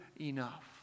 enough